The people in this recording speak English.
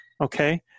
okay